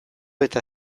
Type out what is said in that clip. eta